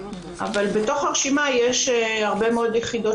אבל בתוך הרשימה יש הרבה מאוד יחידות